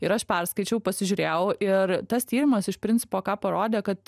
ir aš perskaičiau pasižiūrėjau ir tas tyrimas iš principo ką parodė kad